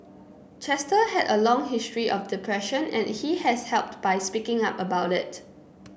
Chester had a long history of depression and he has helped by speaking up about it